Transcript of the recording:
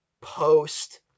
post